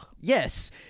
yes